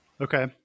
Okay